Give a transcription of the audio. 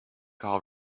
call